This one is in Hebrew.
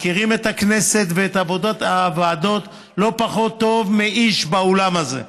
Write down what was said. מכירים את הכנסת ואת עבודת הוועדות לא פחות טוב מאיש באולם הזה.